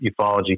ufology